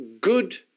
good